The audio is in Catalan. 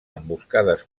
emboscades